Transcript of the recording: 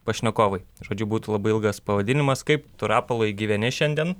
pašnekovai žodžiu būtų labai ilgas pavadinimas kaip tu rapolai gyveni šiandien